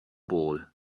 ball